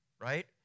right